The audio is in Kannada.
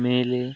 ಮೇಲೆ